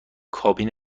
کابین